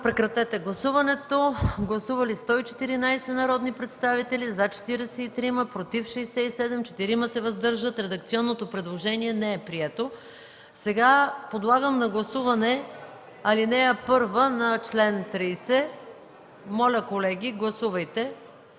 Моля, гласувайте. Гласували 114 народни представители: за 43, против 67, въздържали се 4. Редакционното предложение не е прието. Подлагам на гласуване ал. 1 на чл. 30. Моля, колеги, гласувайте.